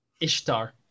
Ishtar